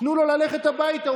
תנו לו ללכת הביתה,